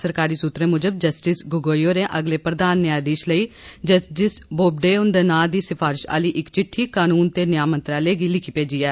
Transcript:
सरकारी सुत्तरें मुजब जस्टिस गोगोई होरें अगले प्रधान न्यायाधीश लेई जस्टिस बोबडे हुंदे नांऽ दी सफरश आहली इक चिट्टी कानून ते न्याऽ मंत्रालय गी लिक्खी भेजी ऐ